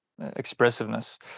expressiveness